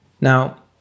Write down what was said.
Now